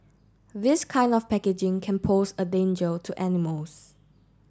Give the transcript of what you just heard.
this kind of packaging can pose a danger to animals